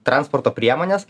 transporto priemones